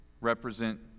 Represent